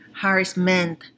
harassment